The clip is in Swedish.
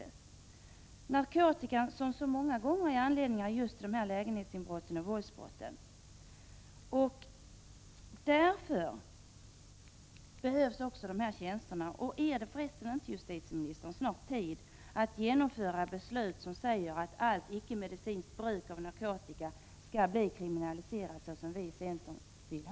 Det är ofta narkotikan som ger anledning till lägenhetsinbrott och våldsbrott. Därför behövs också de här tjänsterna! Är det för resten inte, justitieministern, snart tid att kriminalisera allt icke-medicinskt bruk av narkotika, som vi i centern vill?